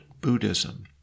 Buddhism